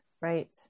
right